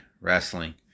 wrestling